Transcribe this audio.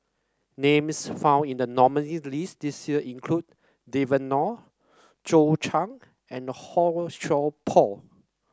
names found in the nominees' list this year include Devan Nair Zhou Can and Han Sai Por